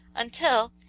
until,